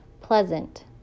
Pleasant